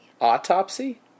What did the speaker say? autopsy